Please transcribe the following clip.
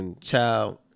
Child